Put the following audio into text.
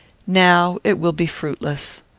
now it will be fruitless.